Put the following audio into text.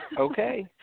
Okay